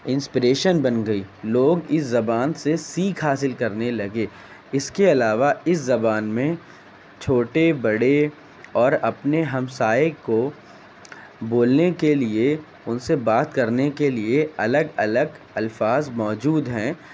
inspiration بن گئی لوگ اس زبان سے سیکھ حاصل کرنے لگے اس کے علاوہ اس زبان میں چھوٹے بڑے اور اپنے ہم سائے کو بولنے کے لیے ان سے بات کرنے کے لیے الگ الگ الفاظ موجود ہیں